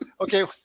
Okay